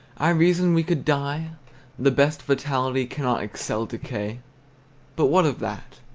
i reason, we could die the best vitality cannot excel decay but what of that?